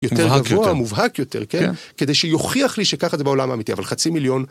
יותר גבוה, מובהק יותר, כדי שיוכיח לי שככה זה בעולם האמיתי, אבל חצי מיליון.